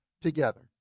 together